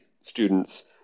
students